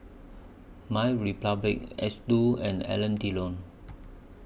MyRepublic Xndo and Alain Delon